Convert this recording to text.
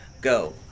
Go